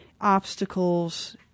obstacles